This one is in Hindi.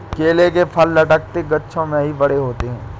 केले के फल लटकते गुच्छों में ही बड़े होते है